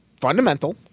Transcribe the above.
fundamental